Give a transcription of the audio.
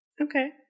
Okay